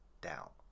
doubt